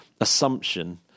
assumption